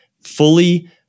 fully